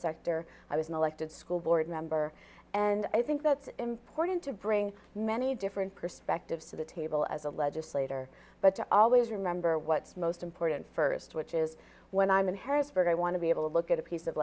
sector i was an elected school board member and i think that's important to bring many different perspectives to the table as a legislator but to always remember what's most important first which is when i'm in harrisburg i want to be able to look at a piece of